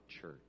church